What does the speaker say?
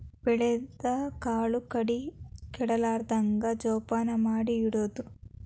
ಬೆಳದ ಕಾಳು ಕಡಿ ಕೆಡಲಾರ್ದಂಗ ಜೋಪಾನ ಮಾಡಿ ಇಡುದು